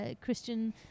Christian